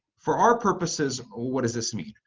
for our purposes what does this mean?